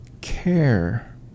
care